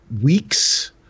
weeks